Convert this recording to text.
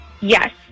Yes